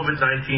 COVID-19